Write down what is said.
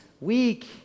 week